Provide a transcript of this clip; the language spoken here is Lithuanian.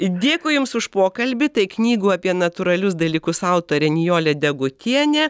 dėkui jums už pokalbį tai knygų apie natūralius dalykus autorė nijolė degutienė